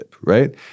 right